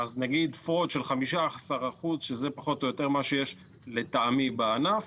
אז נגיד פרוד של 15% - שזה פחות או יותר מה שיש לטעמי בענף